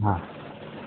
হ্যাঁ